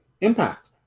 impact